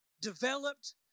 developed